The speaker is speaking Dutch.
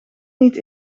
niet